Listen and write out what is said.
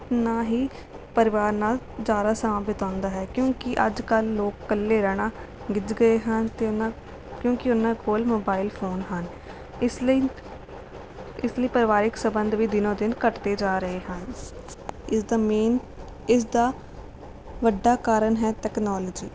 ਨਾ ਹੀ ਪਰਿਵਾਰ ਨਾਲ ਜ਼ਿਆਦਾ ਸਮਾਂ ਬਿਤਾਉਂਦਾ ਹੈ ਕਿਉਂਕਿ ਅੱਜਕੱਲ੍ਹ ਲੋਕ ਇਕੱਲੇ ਰਹਿਣਾ ਗਿੱਝ ਗਏ ਹਨ ਅਤੇ ਉਨ੍ਹਾਂ ਕਿਉਂਕਿ ਉਨ੍ਹਾਂ ਕੋਲ਼ ਮੋਬਾਇਲ ਫੋਨ ਹਨ ਇਸ ਲਈ ਇਸ ਲਈ ਪਰਿਵਾਰਕ ਸੰਬੰਧ ਵੀ ਦਿਨੋ ਦਿਨ ਘੱਟਦੇ ਜਾ ਰਹੇ ਹਨ ਇਸ ਦਾ ਮੇਨ ਇਸ ਦਾ ਵੱਡਾ ਕਾਰਨ ਹੈ ਤਕਨਾਲੋਜੀ